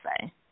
say